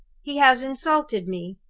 he has insulted me.